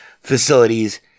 facilities